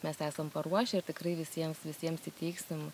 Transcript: mes esam paruošę ir tikrai visiems visiems įteiksim